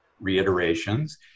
reiterations